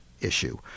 issue